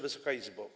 Wysoka Izbo!